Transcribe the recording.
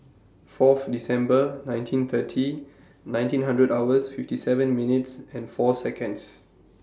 Fourth December nineteen thirty nineteen hours fifty seven minutes and four Seconds